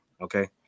Okay